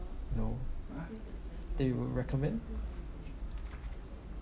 you know that you would recommend